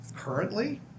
Currently